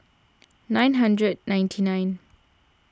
nine hundred ninety nine